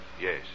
Yes